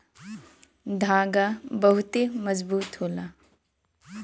धागा बहुते मजबूत होला